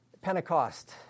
Pentecost